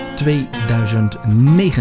2009